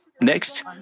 Next